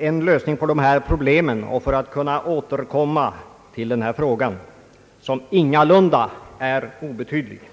en lösning på de här problemen och för att ha möjlighet återkomma till denna ingalunda obetydliga fråga.